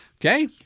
Okay